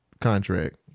contract